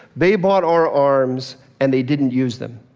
they bought our arms, and they didn't use them.